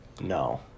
no